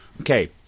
Okay